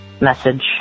message